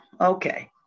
Okay